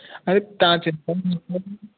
अड़े तव्हां चिंता न कयो